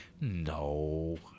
no